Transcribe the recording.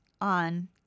on